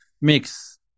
mix